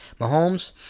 Mahomes